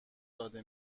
داده